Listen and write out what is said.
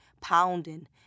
pounding